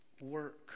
work